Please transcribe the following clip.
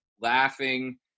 laughing